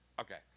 Okay